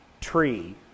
tree